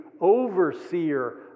overseer